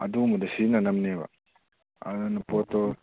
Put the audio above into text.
ꯑꯗꯨꯒꯨꯝꯕꯗ ꯁꯤꯖꯤꯟꯅꯅꯕꯅꯦꯕ ꯑꯗꯨꯅ ꯄꯣꯠꯇꯣ